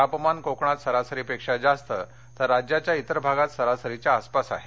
तापमान कोकणात सरासरीपेक्षा जास्त तर राज्याच्या तिर भागात सरासरीच्या आसपास आहे